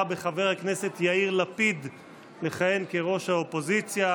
בחבר הכנסת יאיר לפיד לכהן כראש האופוזיציה,